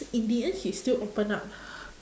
in the end he still open up